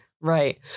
right